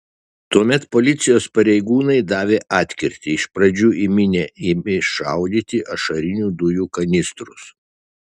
tuomet policijos pareigūnai davė atkirtį iš pradžių į minią ėmė šaudyti ašarinių dujų kanistrus